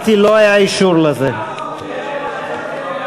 של קבוצת סיעת העבודה, קבוצת סיעת ש"ס,